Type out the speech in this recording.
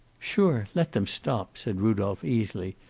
sure, let them stop! said rudolph, easily.